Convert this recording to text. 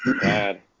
bad